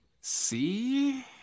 See